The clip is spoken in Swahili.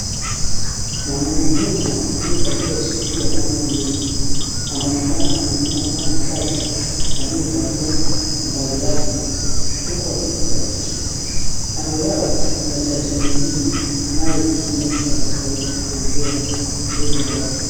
Mwanaume mmoja aliyevaa suti ya rangi nyeusi anaonekana amesimama na chaji aliyevaa mavazi rasmi huku wakipiga picha. Kando yao kuna chaji mwingine anayetumia kipaza sauti kuongea mbele ya watu.